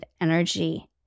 energy